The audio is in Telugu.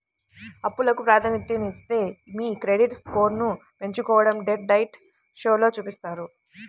అప్పులకు ప్రాధాన్యతనిస్తూనే మీ క్రెడిట్ స్కోర్ను పెంచుకోడం డెట్ డైట్ షోలో చూపిత్తారు